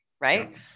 right